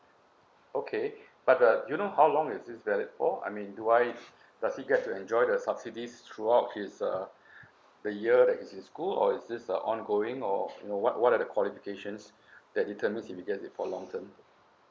okay but uh do you know how long is this valid for I mean do I does he get to enjoy the subsidies throughout his uh the year that he is in school or is this a ongoing or you know what what are the qualifications that determines if he gets it for long term